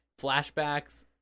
flashbacks